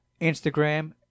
instagram